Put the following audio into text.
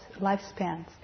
lifespans